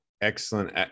Excellent